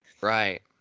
Right